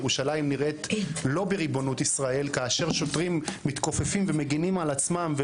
היא נראית לא בריבונות ישראל כאשר שוטרים מתכופפים ומגנים על עצמם.